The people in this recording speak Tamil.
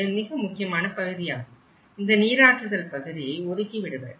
இது மிக முக்கியமான பகுதியாகும் இந்த நீராற்றுதல் பகுதியை ஒதுக்கி விடுவர்